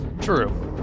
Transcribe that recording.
True